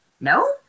no